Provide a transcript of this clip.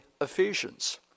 Ephesians